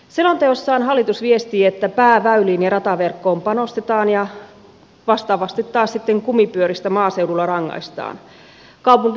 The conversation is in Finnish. selonteossaan hallitus viestii että pääväyliin ja rataverkkoon panostetaan ja vastaavasti taas kumipyöristä maaseudulla rangaistaan